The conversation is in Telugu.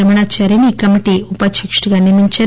రమణచారిని కమిటీ ఉపాధ్యక్షుడిగా నియమించింది